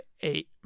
eight